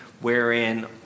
wherein